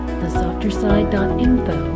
thesofterside.info